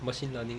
machine learning